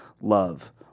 love